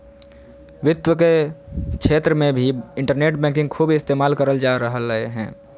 वित्त के क्षेत्र मे भी इन्टरनेट बैंकिंग खूब इस्तेमाल करल जा रहलय हें